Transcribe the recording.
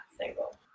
single